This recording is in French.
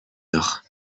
heure